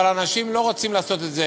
אבל אנשים לא רוצים לעשות את זה,